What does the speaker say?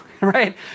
right